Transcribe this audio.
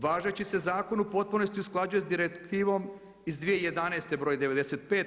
Važeći se zakon u potpunosti usklađuje sa Direktivom iz 2011. br. 95.